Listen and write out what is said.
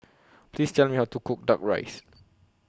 Please Tell Me How to Cook Duck Rice